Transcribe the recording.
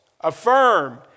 affirm